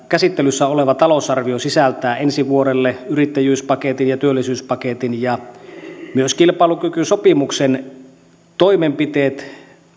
käsittelyssä oleva talousarvio sisältää ensi vuodelle yrittäjyyspaketin ja työllisyyspaketin ja myös kilpailukykysopimuksen toimenpiteet